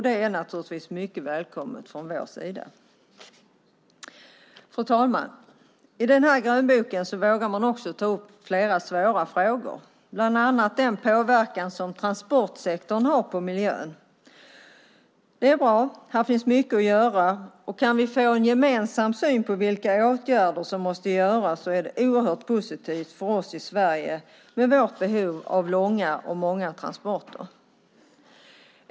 Det är naturligtvis mycket välkommet från vår sida. Fru talman! I grönboken vågar man också ta upp flera svåra frågor, bland annat den påverkan som transportsektorn har på miljön. Det är bra. Här finns mycket att göra. Om vi kan få en gemensam syn på vilka åtgärder som måste vidtas är det oerhört positivt för oss i Sverige med vårt behov av långa och många transporter.